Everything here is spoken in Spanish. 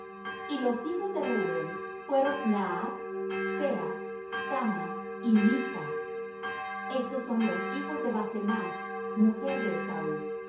y los hijos de reuel fueron nahath zera samma y mizza estos son los hijos de basemath mujer de esaú